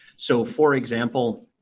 so, for example,